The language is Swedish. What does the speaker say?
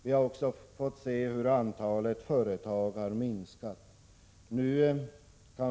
Vi har också fått se hur antalet företag har minskat.